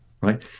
right